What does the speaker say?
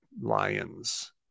Lions